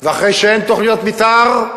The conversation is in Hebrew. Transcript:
ואחרי שאין תוכניות מיתאר,